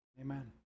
Amen